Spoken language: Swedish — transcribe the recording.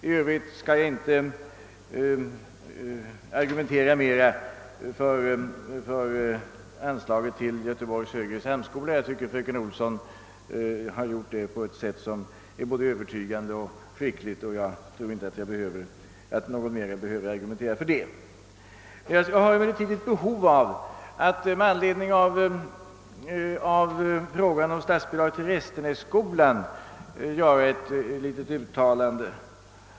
I övrigt skall jag inte argumentera mera för anslaget till Göteborgs högre samskola; det har fröken Olsson gjort både övertygande och skickligt. Jag har emellertid behov av att i frågan om statsbidraget till Restenässkolan göra ett uttalande.